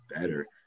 better